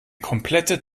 komplette